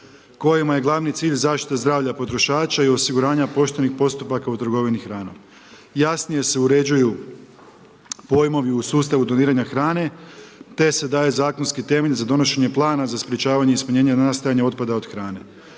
kojima je zaštiti cilj zaštita zdravlja potrošača i osiguranja poštenih postupaka u trgovini hranom. Jasnije se uređuju pojmovi u sustavu doniranja hrane te se daje zakonski temelj za donošenje plana za sprječavanje ispunjenja nastajanja otpada od hrane.